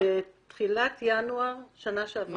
בתחילת ינואר , אני